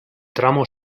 tramo